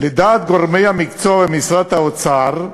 "לדעת גורמי המקצוע במשרד האוצר,